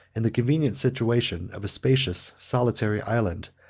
and the convenient situation of a spacious solitary island,